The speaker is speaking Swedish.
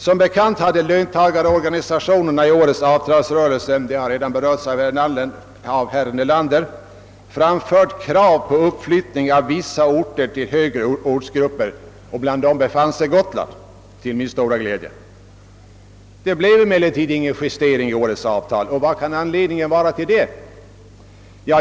Som bekant framförde löntagarorganisationerna i årets avtalsrörelse — den saken har redan nämnts av herr Nelander — krav på uppflyttning av vissa orter och områden till högre dyrortsgrupp. Bland dessa befann sig till min stora glädje även Gotland, Det blev emellertid ingen justering i årets avtal. Vad kan anledningen till detta vara?